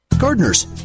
gardeners